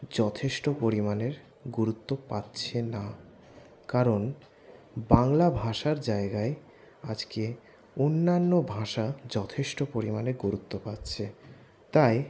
যথেষ্ট পরিমাণে গুরুত্ব পাচ্ছে না কারণ বাংলা ভাষার জায়গায় আজকে অন্যান্য ভাষা যথেষ্ট পরিমাণে গুরুত্ব পাচ্ছে তাই